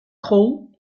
crow